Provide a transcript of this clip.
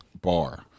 bar